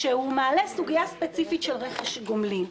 בנושא שמעלה סוגיה ספציפית של רכש גומלין.